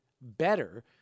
better